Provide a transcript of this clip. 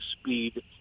speed